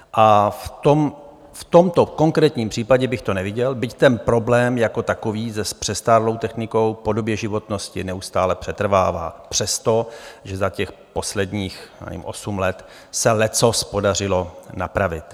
A v tomto konkrétním případě bych to neviděl, byť ten problém jako takový s přestárlou technikou v podobě životnosti neustále přetrvává, přestože za těch posledních, já nevím, osm let se leccos podařilo napravit.